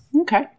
okay